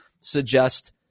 suggest